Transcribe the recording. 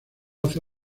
hace